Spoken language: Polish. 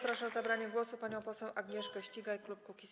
Proszę o zabranie głosu panią poseł Agnieszkę Ścigaj, klub Kukiz’15.